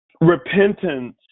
repentance